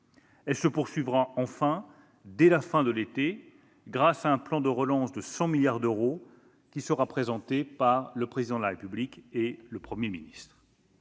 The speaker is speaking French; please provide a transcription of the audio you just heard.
Elle se poursuivra enfin, dès la fin de l'été, grâce à un plan de relance de 100 milliards d'euros, qui sera présenté par le Président de la République et le Premier ministre.